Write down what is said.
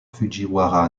fujiwara